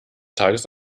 tages